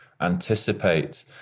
anticipate